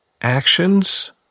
actions